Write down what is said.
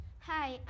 Hi